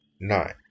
Nine